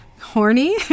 horny